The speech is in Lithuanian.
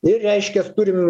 ir reiškias turim